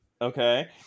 okay